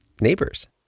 neighbors